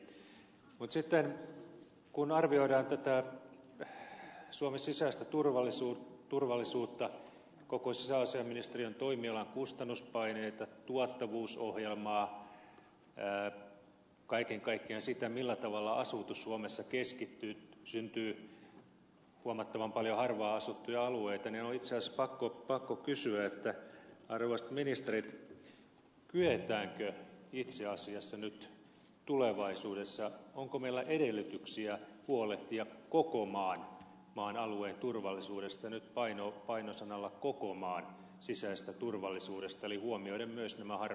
mutta sitten kun arvioidaan tätä suomen sisäistä turvallisuutta koko sisäasiainministeriön toimialan kustannuspaineita tuottavuusohjelmaa kaiken kaikkiaan sitä millä tavalla asutus suomessa keskittyy syntyy huomattavan paljon harvaanasuttuja alueita niin on itse asiassa pakko kysyä arvoisat ministerit kyetäänkö itse asiassa nyt tulevaisuudessa huolehtimaan onko meillä edellytyksiä huolehtia koko maan alueen nyt paino sanoilla koko maan sisäisestä turvallisuudesta eli huomioida myös nämä harvaanasutut maaseutualueet